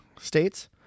states